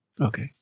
Okay